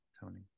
Tony